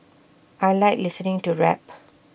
I Like listening to rap